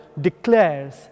declares